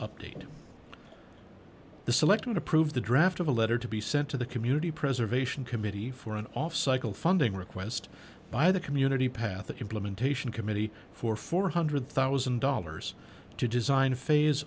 to the selectmen approved the draft of a letter to be sent to the community preservation committee for an off cycle funding request by the community pathic implementation committee for four hundred thousand dollars to design phase